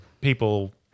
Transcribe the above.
people